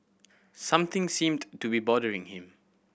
something seemed to be bothering him